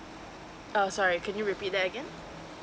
err sorry can you repeat that again